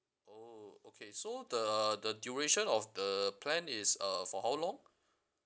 oh okay so the the duration of the plan is uh for how long